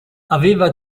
aveva